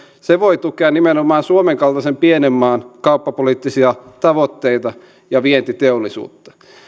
se voi tukea nimenomaan suomen kaltaisen pienen maan kauppapoliittisia tavoitteita ja vientiteollisuutta